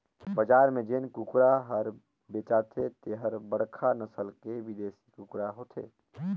बजार में जेन कुकरा हर बेचाथे तेहर बड़खा नसल के बिदेसी कुकरा होथे